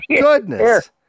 goodness